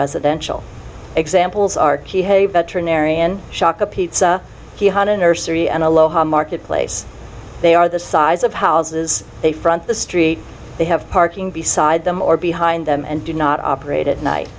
residential examples are t hey veterinarian shaka pizza he had a nursery and aloha marketplace they are the size of houses they front the street they have parking beside them or behind them and do not operate at night